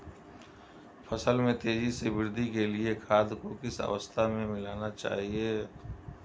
फसल में तेज़ी से वृद्धि के लिए खाद को किस अवस्था में मिलाना चाहिए?